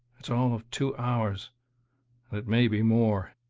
it's all of two hours and it may be more.